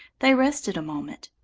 they rested a moment,